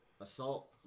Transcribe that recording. assault